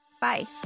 Bye